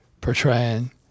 portraying